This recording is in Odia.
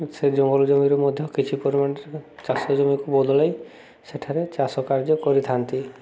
ସେ ଜଙ୍ଗଲ ଜମିରେ ମଧ୍ୟ କିଛି ପରିମାଣରେ ଚାଷ ଜମିକୁ ବଦଳାଇ ସେଠାରେ ଚାଷ କାର୍ଯ୍ୟ କରିଥାନ୍ତି